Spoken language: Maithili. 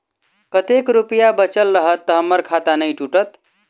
कतेक रुपया बचल रहत तऽ हम्मर खाता नै टूटत?